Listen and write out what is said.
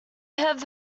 have